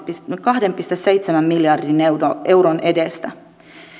kahden pilkku seitsemän miljardin euron euron edestä